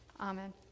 Amen